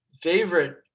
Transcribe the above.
favorite